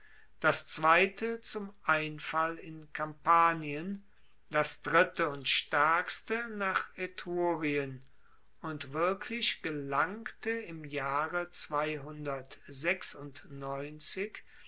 das zweite zum einfall in kampanien das dritte und staerkste nach etrurien und wirklich gelangte im jahre